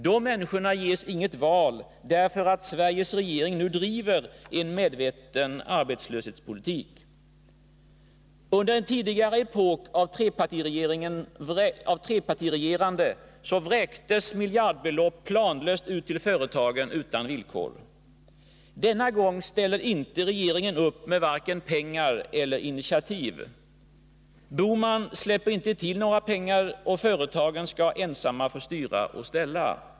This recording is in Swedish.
De människorna ges inget val, därför att Sveriges regering nu driver en medveten arbetslöshetspolitik. Under en tidigare epok av trepartiregerandet vräktes miljardbelopp planlöst ut till företagen utan villkor. Denna gång ställer inte regeringen upp med vare sig pengar eller initiativ. Gösta Bohman släpper inte till några pengar, och företagen skall ensamma få styra och ställa.